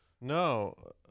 No